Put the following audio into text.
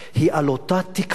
היא על אותה תקווה